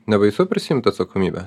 nebaisu prisiimt atsakomybę